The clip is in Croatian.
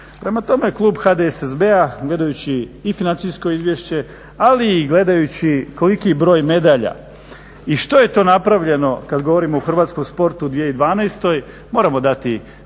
Prema tome, Klub HDSSB-a gledajući i financijsko izvješće ali i gledajući koliko je broj medalja i što je to napravljeno kad govorimo o hrvatskom sportu u 2012.moramo dati pozitivan